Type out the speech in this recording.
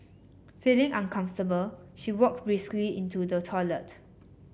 feeling uncomfortable she walked briskly into the toilet